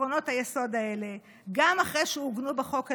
לעקרונות היסוד האלה גם אחרי שעוגנו בחוק הלאומי,